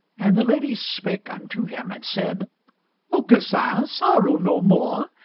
and the lady spake unto him and said aucassin, sorrow no more,